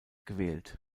gewählt